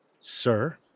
Sir